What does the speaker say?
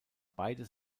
beide